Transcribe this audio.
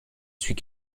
suis